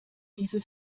diese